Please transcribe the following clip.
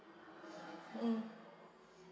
mm